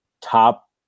top